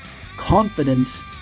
confidence